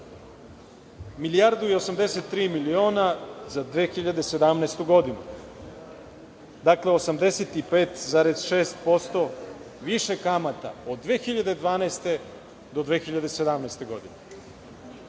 Milijardu i 83 miliona za 2017. godinu. Dakle, 85,6% više kamata od 2012. do 2017. godine. Sada